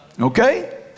okay